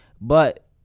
But-